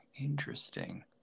Interesting